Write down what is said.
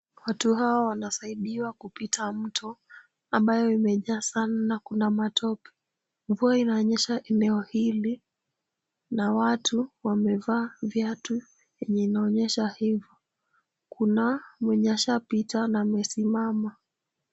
Watu hawa wanasaidiwa kupita mto ambayo imejaa sana na kuna matope. Mvua inanyesha eneo hili na watu wamevaa viatu yenye inaonyesha hivo. Kuna mwenye ashapita na amesimama.